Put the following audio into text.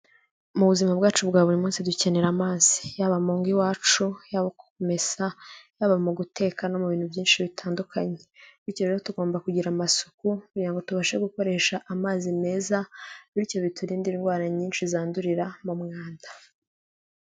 Mu buzima bwacu bwa buri munsi dukenera amazi: yaba mu ngo iwacu, yaba ku kumesa, yaha mu guteka no mu bintu byinshi bitandukanye bityo rero tugomba kugira amasuku kugira ngo tubashe gukoresha amazi meza bityo biturindade indwara nyinshi zandurira mu mwanda.